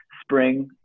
spring